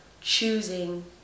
choosing